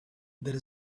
there